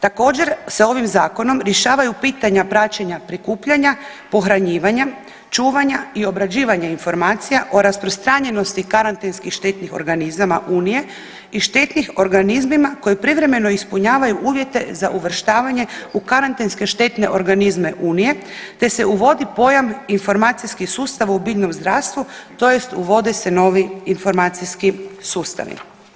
Također se ovim zakonom rješavaju pitanja praćenja prikupljanja, pohranjivanja, čuvanja i obrađivanja informacija o rasprostranjenosti karantenskih štetnih organizama Unije i štetnim organizmima koji privremeno ispunjavaju uvjete za uvrštavanje u karantenske štetne organizme Unije, te se uvodi pojam informacijskih sustava u biljnom zdravstvu, tj. uvode se novi informacijski sustavi.